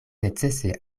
necese